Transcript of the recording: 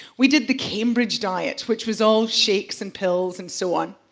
we did the cambridge diet, which was all shakes and pills and so on.